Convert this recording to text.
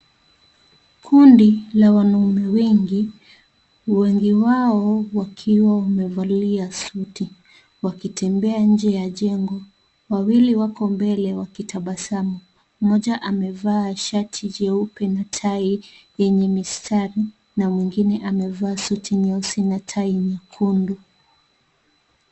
Kundi la wanaume wengi, wengi wao wakiwa wamevalia suti wakitembea nje ya jengo. Wawili wako mbele wakitabasamu, mmoja amevaa shati jeupe na tai yenye mistari na mwingine amevaa suti nyeusi na tai nyekundu.